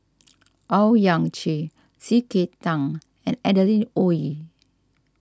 Owyang Chi C K Tang and Adeline Ooi